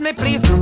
please